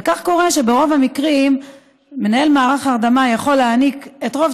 וכך קורה שברוב המקרים מנהל מערך ההרדמה יכול להעניק את רוב